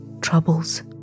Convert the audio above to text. troubles